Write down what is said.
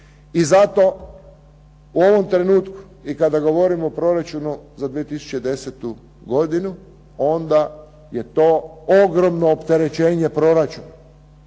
I zato u ovom trenutku i kada govorimo o proračunu za 2010. godinu je to onda ogromno opterećenje podračuna.